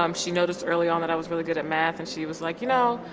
um she noticed early on that i was really good at math, and she was like, you know,